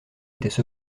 étaient